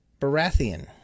Baratheon